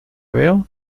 veo